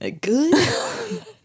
good